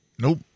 Nope